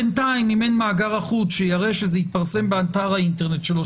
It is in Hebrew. בינתיים אם אין מאגר אחוד שיראה שזה התפרסם באתר האינטרנט שלו,